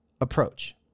approach